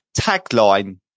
tagline